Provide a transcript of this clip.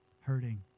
hurting